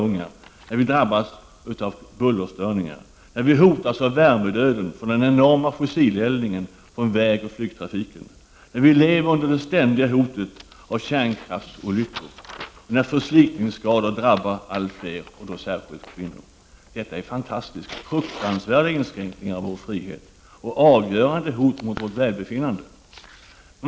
När allt fler drabbas av bullerstörningar. När vi hotas av värmedöden från den enorma fossileldningen från vägoch flygtrafiken. När vi lever under det ständiga hotet av kärnkraftsolyckor. När förslitningsskador drabbar allt fler och särskilt kvinnor. Detta är fruktansvärda inskränkningar i vår frihet och avgörande hot mot vårt välbefinnande.